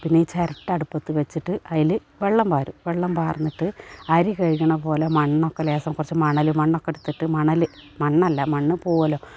പിന്നെയീ ചിരട്ട അടുപ്പത്തു വെച്ചിട്ട് വെള്ളം പാരും വെള്ളം പാർന്നിട്ട് അരി കഴുകണ പോലെ മണ്ണൊക്കെ ലേശം കുറച്ചു മണലും മണ്ണൊക്കെ എടുത്തിട്ട് മണൽ മണ്ണല്ല മണ്ണു പോകുമല്ലോ